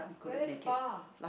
very far